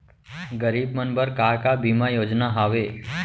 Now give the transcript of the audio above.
गरीब मन बर का का बीमा योजना हावे?